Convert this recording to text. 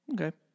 Okay